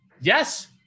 Yes